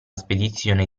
spedizione